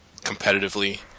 competitively